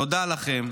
תודה לכם.